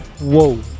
Whoa